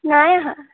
নাই অহা